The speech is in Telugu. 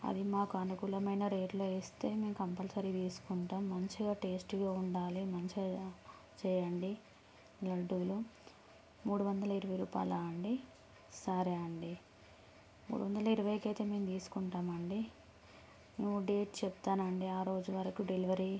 అది మాకు అనుకూలమైన రేట్లో ఇస్తే మేము కంపల్సరీ తీసుకుంటాము మంచిగా టేస్టీగా ఉండాలి మంచిగా చేయండి లడ్డూలు మూడు వందల ఇరవై రూపాయలా అండీ సరే అండీ మూడు వందల ఇరవైకి అయితే మేము తీసుకుంటాము అండీ నువ్వు డేట్ చెప్తాను అండి ఆ రోజు వరకు డెలివరీ